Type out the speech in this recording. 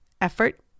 effort